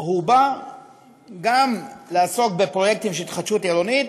הוא בא גם לעסוק בפרויקטים של התחדשות עירונית